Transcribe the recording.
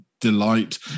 delight